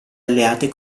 alleate